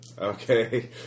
Okay